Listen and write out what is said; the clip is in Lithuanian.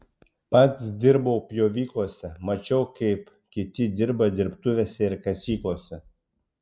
pats dirbau pjovyklose mačiau kaip kiti dirba dirbtuvėse ir kasyklose